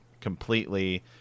completely